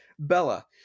bella